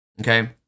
Okay